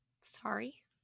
Sorry